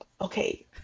okay